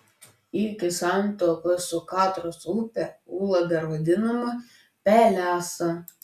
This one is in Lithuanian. iki santakos su katros upe ūla dar vadinama pelesa